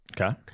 Okay